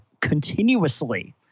continuously